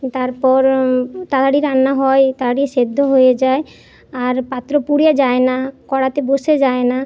তারপর তাড়াতাড়ি রান্না হয় তাড়াতাড়ি সেদ্ধ হয়ে যায় আর পাত্র পুড়ে যায় না কড়াতে বসে যায় না